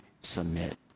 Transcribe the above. submit